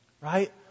right